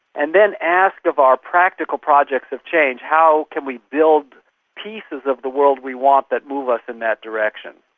and then ask of our practical projects of change how can we build pieces of the world we want that move us in that direction?